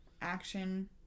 action